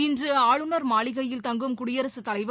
இன்று ஆளுநர் மாளிகையில் தங்கும் குடியரசுத் தலைவர்